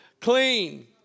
clean